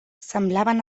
semblaven